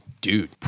Dude